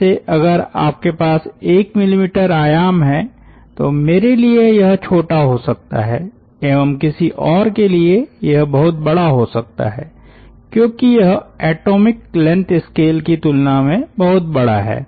जैसे अगर आपके पास 1 मिलीमीटर आयाम है तो मेरे लिए यह छोटा हो सकता है एवं किसी और के लिए यह बहुत बड़ा हो सकता है क्योंकि यह एटॉमिक लेंथ स्केल की तुलना में बहुत बड़ा है